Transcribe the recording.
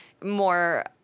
More